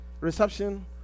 reception